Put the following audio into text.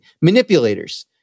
manipulators